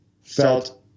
felt